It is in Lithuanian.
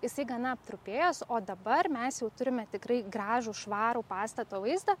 jisai gana aptrupėjęs o dabar mes jau turime tikrai gražų švarų pastato vaizdą